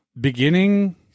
Beginning